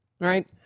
right